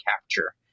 capture